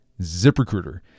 ZipRecruiter